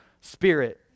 Spirit